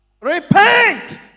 Repent